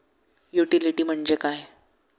Utility म्हणजे काय?